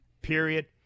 period